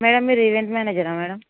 madam మీరు event మేనేజరా madam